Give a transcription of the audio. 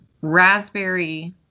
raspberry